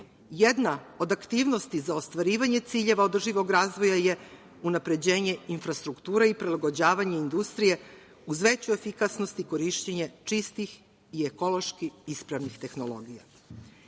Jedna od aktivnosti za ostvarivanje ciljeva održivog razvoja je unapređenje infrastrukture i prilagođavanje industrije, uz veću efikasnost i korišćenje čistih i ekološki ispravnih tehnologija. Jedan